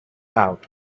out